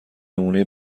نمونهی